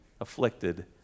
afflicted